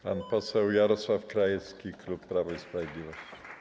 Pan poseł Jarosław Krajewski, klub Prawo i Sprawiedliwość.